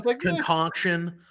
concoction